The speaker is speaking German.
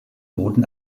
boden